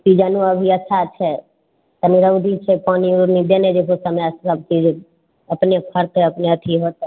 सिजनो अभी अच्छा छै कनि रौदी छै पानि ओनी देने जयबहो समय से सब चीज अपने फड़तै अपने अथी होतै